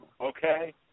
okay